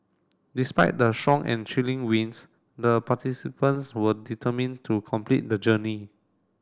despite the strong and chilly winds the participants were determined to complete the journey